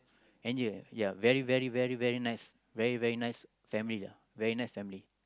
engineer ya very very very very nice very very nice family lah very nice family